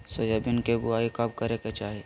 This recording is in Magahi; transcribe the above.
सोयाबीन के बुआई कब करे के चाहि?